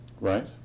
right